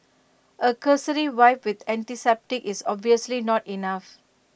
A cursory wipe with antiseptic is obviously not enough